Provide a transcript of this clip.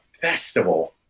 festival